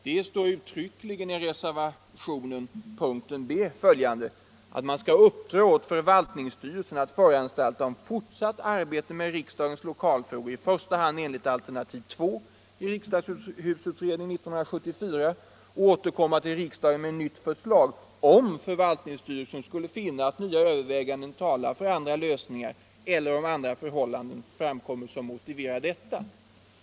Det står uttryckligen i reservationen punkten 1 b att man skall uppdra ”åt förvaltningsstyrelsen att föranstalta om fortsatt arbete med riksdagens lokalfrågor i första hand enligt alternativ 2 i Riksdagshusutredningen 1974 och återkomma till riksdagen med nytt förslag, om förvaltningsstyrelsen skulle finna att nya överväganden talar för andra lösningar eller om andra förhållanden framkommer som motiverar detta”.